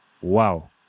wow